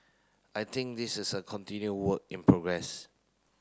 I think this is a continue work in progress